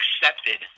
accepted